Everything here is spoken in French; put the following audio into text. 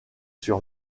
sur